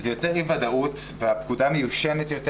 זה יוצא אי ודאות והפקודה מיושנת יותר